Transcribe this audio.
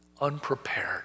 unprepared